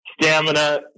stamina